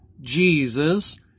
Jesus